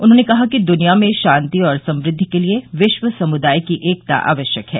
उन्होंने कहा कि दुनिया में शांति और समृद्वि के लिए विश्व समुदाय की एकता आवश्यक है